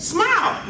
Smile